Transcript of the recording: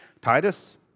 Titus